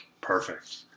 perfect